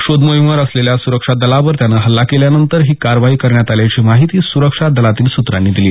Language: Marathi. शोध मोहीमेवर असलेल्या सुरक्षा दलावर त्यानं हल्ला केल्यानंतर ही कारवाई करण्यात आल्याची माहिती सुरक्षा दलातील सुत्रांनी दिली